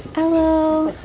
hello